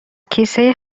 کیسه